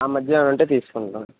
ఆ మధ్యన ఏమైనా ఉంటే తీసుకుంటాం